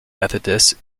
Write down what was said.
methodist